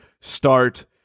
start